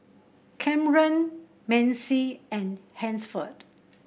Camren Macy and Hansford